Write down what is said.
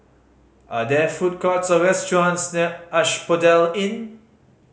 are there food courts or restaurants near Asphodel Inn